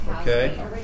Okay